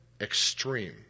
extreme